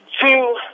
two